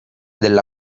della